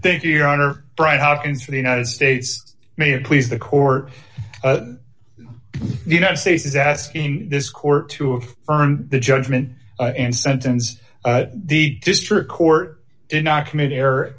thank you your honor bright hawkins for the united states may it please the court the united states is asking this court to burn the judgment and sentence the district court did not commit error